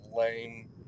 lame